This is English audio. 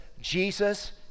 Jesus